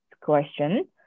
question